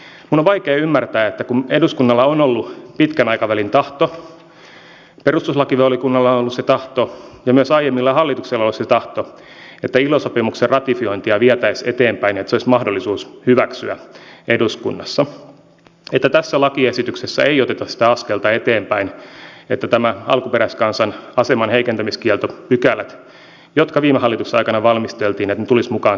minun on vaikea ymmärtää että kun eduskunnalla on ollut pitkän aikavälin tahto perustuslakivaliokunnalla on ollut se tahto ja myös aiemmilla hallituksilla on ollut se tahto että ilo sopimuksen ratifiointia vietäisiin eteenpäin että se olisi mahdollista hyväksyä eduskunnassa niin tässä lakiesityksessä ei oteta sitä askelta eteenpäin että nämä alkuperäiskansan aseman heikentämiskieltopykälät jotka viime hallituksen aikana valmisteltiin tulisivat mukaan tähän lakiin